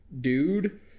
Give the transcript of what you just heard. Dude